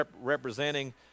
representing